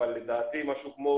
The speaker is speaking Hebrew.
אבל לדעתי משהו כמו